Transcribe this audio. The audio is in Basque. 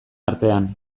artean